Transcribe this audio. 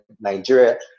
Nigeria